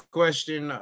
question